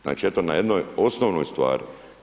Znači, eto na jednoj osnovnoj stvari.